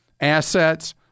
assets